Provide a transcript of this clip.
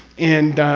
and.